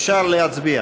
אפשר להצביע.